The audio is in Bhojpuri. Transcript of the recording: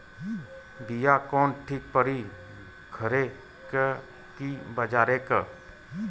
बिया कवन ठीक परी घरे क की बजारे क?